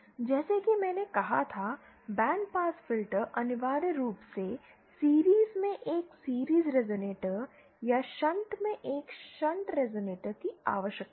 जैसा कि मैंने कहा था बैंड पास फिल्टर अनिवार्य रूप से सीरिज़ में एक सीरिज़ रेज़ोनेटर या शंट में एक शंट रेज़ोनेटर की आवश्यकता है